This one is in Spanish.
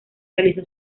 realizó